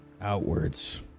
outwards